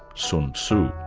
sun tzu.